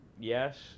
yes